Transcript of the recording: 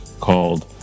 called